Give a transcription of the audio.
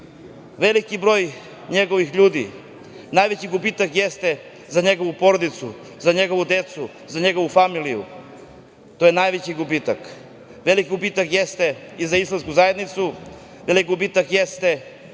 vera. Veliki broj njegovih ljudi, najveći gubitak jeste za njegovu porodicu, za njegovu decu, za njegovu familiju, to je najveći gubitak. Veliki gubitak jeste i za Islamsku zajednicu. Veliki gubitak jeste